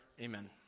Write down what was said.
Amen